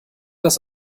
das